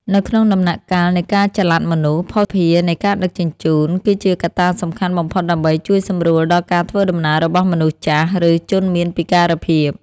នៅក្នុងដំណាក់កាលនៃការចល័តមនុស្ស ភស្តុភារនៃការដឹកជញ្ជូន គឺជាកត្តាសំខាន់បំផុតដើម្បីជួយសម្រួលដល់ការធ្វើដំណើររបស់មនុស្សចាស់ ឬជនមានពិការភាព។